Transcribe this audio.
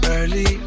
Early